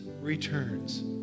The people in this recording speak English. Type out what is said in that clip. returns